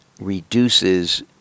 reduces